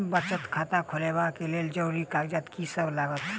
बचत खाता खोलाबै कऽ लेल जरूरी कागजात की सब लगतइ?